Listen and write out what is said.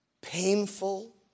painful